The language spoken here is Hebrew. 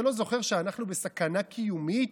אתה לא זוכר שאנחנו בסכנה קיומית,